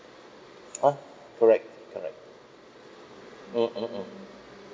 ah correct correct mm mm hmm